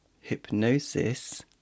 Hypnosis